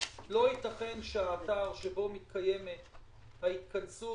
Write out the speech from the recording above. לא ייתכן שהאתר שבו מתקיימת ההתכנסות